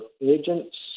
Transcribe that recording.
agents